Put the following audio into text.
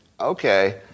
okay